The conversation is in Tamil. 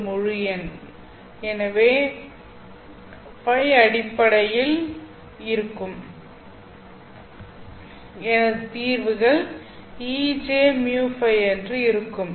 ஒரு முழு எண் எனவே φ அடிப்படையில் இருக்கும் எனது தீர்வுகள் ejμφ என்று இருக்கும்